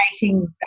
creating